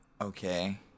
okay